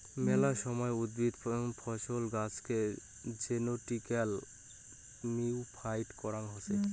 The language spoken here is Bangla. মেলা সময় উদ্ভিদ, ফছল, গাছেকে জেনেটিক্যালি মডিফাইড করাং হসে